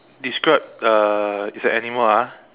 describe uh it's an animal ah